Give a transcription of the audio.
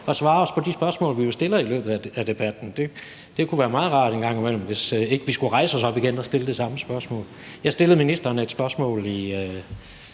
at svare os på de spørgsmål, vi jo stiller i løbet af debatten. Det kunne være meget rart, hvis vi en gang imellem ikke skulle rejse os op og stille det samme spørgsmål. Jeg stillede ministeren et spørgsmål i